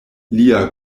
lia